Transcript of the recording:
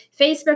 Facebook